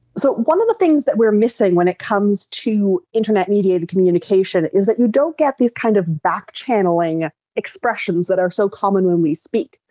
so one of the things that we are missing when it comes to internet media and communication is that you don't get these kind of back-channelling expressions that are so common when we speak.